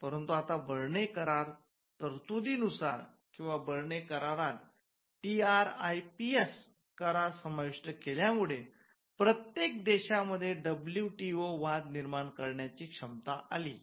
परंतु आता बर्ने करार तरतुदी नुसार किंवा बर्ने करारात टीआरआयपीएस करार समाविष्ट केल्यामुळे प्रत्येक देशांमध्ये डब्ल्यूटीओ वाद निर्माण करण्याची क्षमता आली आहे